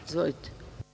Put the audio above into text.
Izvolite.